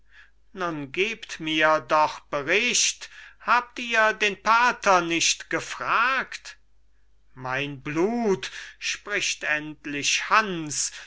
nun gebt mir doch bericht habt ihr den pater nicht gefragt mein blut spricht endlich hans